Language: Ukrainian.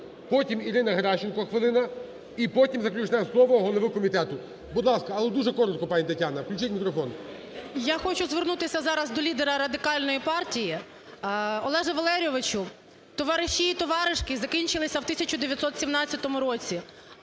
Потім – Ірина Геращенко, хвилина. І потім заключне слово голови комітету. Будь ласка, але дуже коротко, пані Тетяно. Включіть мікрофон. 18:07:01 ОСТРІКОВА Т.Г. Я хочу звернутися зараз до лідера Радикальної партії. Олеже Валерійовичу, товариші і товаришки закінчилися в 1917 році,